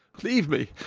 leave me!